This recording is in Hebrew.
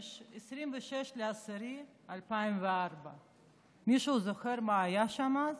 26 באוקטובר 2004. מישהו זוכר מה היה שם אז?